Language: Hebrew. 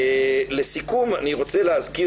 לסיכום, אני רוצה להזכיר